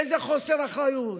איזה חוסר אחריות.